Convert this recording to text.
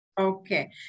Okay